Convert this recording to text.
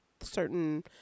certain